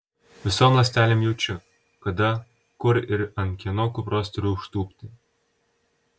visom ląstelėm jaučiu kada kur ir ant kieno kupros turiu užtūpti